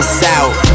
south